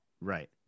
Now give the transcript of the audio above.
Right